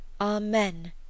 Amen